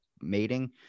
mating